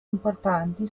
importanti